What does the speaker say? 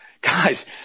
Guys